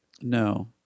No